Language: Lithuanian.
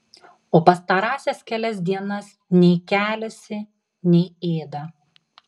o pastarąsias kelias dienas nei keliasi nei ėda